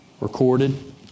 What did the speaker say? recorded